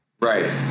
Right